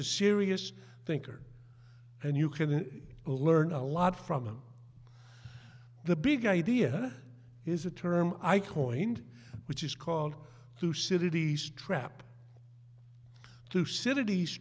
a serious thinker and you can learn a lot from them the big idea is a term i coined which is called two cities trap two cities